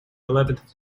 eleventh